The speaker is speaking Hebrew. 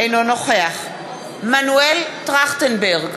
אינו נוכח מנואל טרכטנברג,